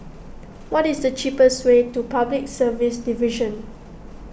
what is the cheapest way to Public Service Division